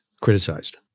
criticized